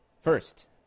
First